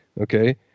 Okay